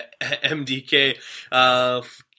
MDK